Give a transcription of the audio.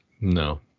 No